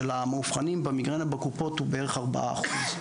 המאובחנים במיגרנה בקופות הוא בערך ארבעה אחוז.